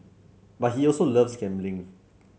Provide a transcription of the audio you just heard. but he also loves gambling